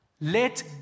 let